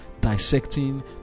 dissecting